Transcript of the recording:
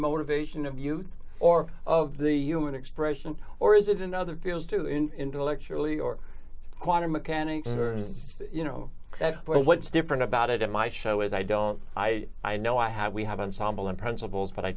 motivation of youth or of the human expression or is it in other fields too in intellectually or quantum mechanics you know that what's different about it in my show is i don't i i know i have we haven't sambal in principles but i